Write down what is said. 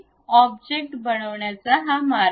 object बनवण्याचा हा मार्ग आहे